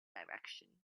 direction